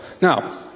Now